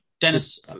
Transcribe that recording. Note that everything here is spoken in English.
Dennis